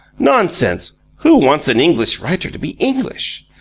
nonsense! who wants an english writer to be english?